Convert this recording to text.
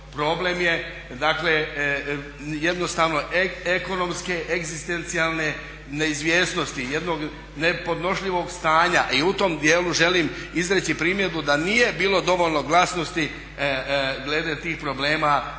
Problem je dakle jednostavno ekonomske, egzistencijalne neizvjesnosti, jednog nepodnošljivog stanja i u tom djelu želim izreći primjedbu da nije bilo dovoljno glasnosti glede tih problema